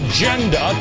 Agenda